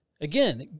Again